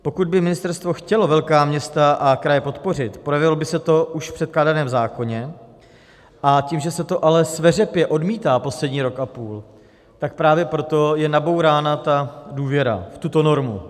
Pokud by ministerstvo chtělo velká města a kraje podpořit, projevilo by se to už v předkládaném zákoně, a tím, že se to ale sveřepě odmítá poslední rok a půl, tak právě proto je nabourána ta důvěra v tuto normu.